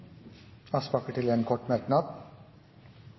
ordet til en kort merknad,